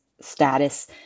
status